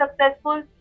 successful